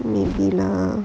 maybe lah